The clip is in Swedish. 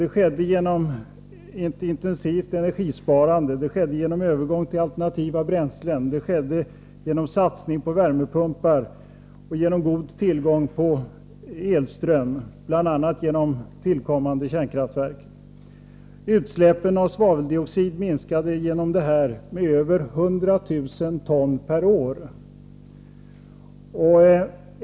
Det skedde genom ett intensivt energisparande, genom övergång till alternativa bränslen, genom satsning på värmepumpar och genom att det fanns god tillgång till elström, bl.a. från tillkommande kärnkraftverk. Utsläppen av svaveldioxid minskade härigenom med över 100 000 ton per år.